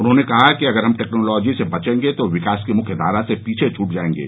उन्होंने कहा कि अगर हम टेक्नोलाजी से बचेंगे तो विकास की मुख्य धारा से पीछे छूट जायेंगे